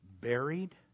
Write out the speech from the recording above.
buried